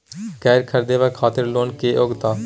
कैर खरीदवाक खातिर लोन के योग्यता?